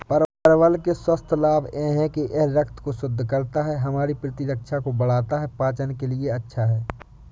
परवल के स्वास्थ्य लाभ यह हैं कि यह रक्त को शुद्ध करता है, हमारी प्रतिरक्षा को बढ़ाता है, पाचन के लिए अच्छा है